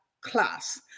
class